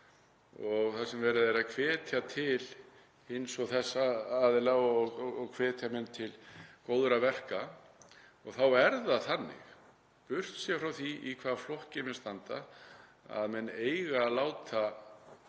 og það sem verið er að hvetja til hins og þessa og hvetja menn til góðra verka og þá er það þannig, burt séð frá því í hvaða flokki menn standa, að menn eiga að láta